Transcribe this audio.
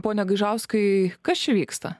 pone gaižauskai kas čia vyksta